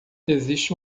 existe